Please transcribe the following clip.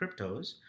cryptos